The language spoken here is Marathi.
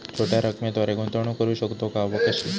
छोट्या रकमेद्वारे गुंतवणूक करू शकतो का व कशी?